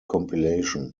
compilation